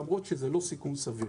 למרות שזה לא סיכון סביר.